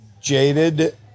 jaded